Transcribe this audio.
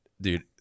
Dude